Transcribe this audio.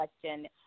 question